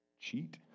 cheat